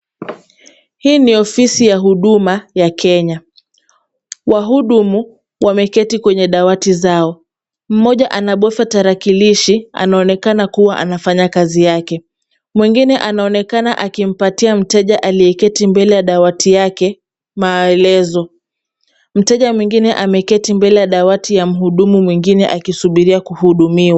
Hii ni ofisi ya Huduma ya Kenya, wahudumu wameketi kwenye dawati zao, mmoja anabofya tarakilishi, anaonekana kuwa anafanya kazi yake, mwingine anaonekana akimpatia mteja aliyeketi mbele ya dawati yake maelezo. Mteja mwingine ameketi mbele ya dawati ya mhudumu mwingine akisubiria kuhudumiwa.